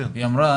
היא אמרה,